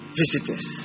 visitors